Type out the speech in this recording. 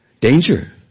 Danger